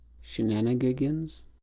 Shenanigans